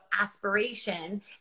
aspiration